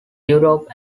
europe